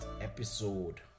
episode